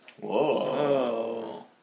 Whoa